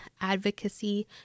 advocacy